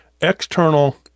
external